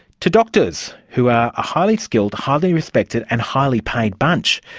to doctors who are a highly skilled, highly respected and highly paid bunch.